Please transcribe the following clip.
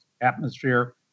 atmosphere